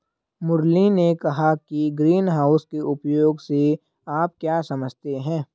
मुरली ने कहा कि ग्रीनहाउस के उपयोग से आप क्या समझते हैं?